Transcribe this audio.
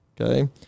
Okay